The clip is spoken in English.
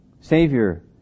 Savior